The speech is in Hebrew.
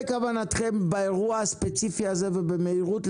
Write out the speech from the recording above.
בכוונתם באירוע הספציפי הזה ובמהירות,